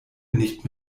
nicht